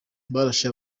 barashe